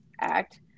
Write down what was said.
act